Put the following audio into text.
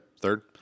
third